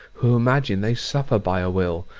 who imagine they suffer by a will,